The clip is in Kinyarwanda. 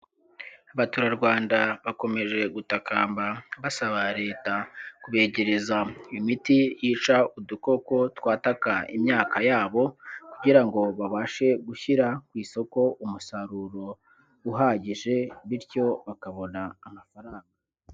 Abaturarwanda bakomeje gutakamba basaba Leta kubegereza imiti yica udukoko twataka imyaka yabo, kugira ngo babashe gushyira ku isoko umusaruro uhagije, bityo bakabona amafaranga.